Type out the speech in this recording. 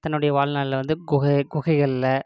தன்னுடைய வாழ்நாளில் வந்து குகை குகைகளில்